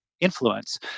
Influence